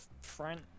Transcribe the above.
front